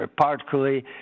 particularly